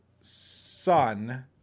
son